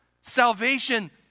salvation